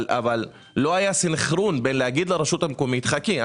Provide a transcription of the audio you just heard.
אבל לא היה סנכרון בין להגיד לרשות המקומית חכי,